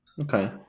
Okay